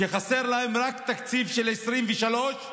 חסר להם רק תקציב של 2023,